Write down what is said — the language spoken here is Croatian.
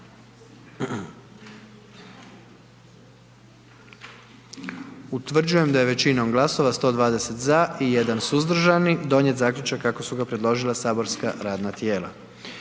Utvrđujem da je većinom glasova 97 za, 19 suzdržanih donijet zaključak kako je predložilo matično saborsko radno tijelo.